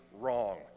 wrong